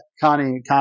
Connie